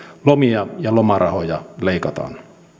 lomia ja lomarahoja leikataan